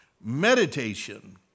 meditation